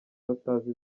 batazi